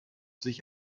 sich